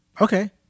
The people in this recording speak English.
okay